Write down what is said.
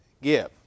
give